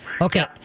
Okay